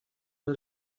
del